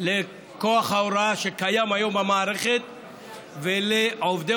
לכוח ההוראה שקיים היום במערכת ולעובדי